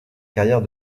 carrière